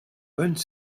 bonne